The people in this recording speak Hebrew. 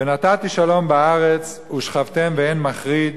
ונתתי שלום בארץ ושכבתם ואין מחריד",